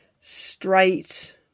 straight